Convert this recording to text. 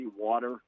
water